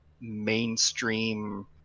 mainstream